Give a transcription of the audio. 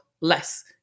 less